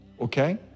okay